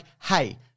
hey